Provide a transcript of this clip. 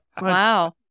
wow